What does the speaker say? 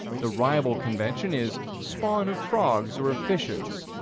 the rival convention is spawn of frogs or of fishes.